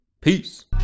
Peace